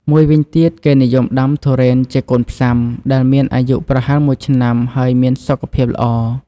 មួយវិញទៀតគេនិយមដាំទុរេនជា កូនផ្សាំ ដែលមានអាយុប្រហែល ១ ឆ្នាំ ហើយមានសុខភាពល្អ។